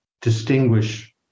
distinguish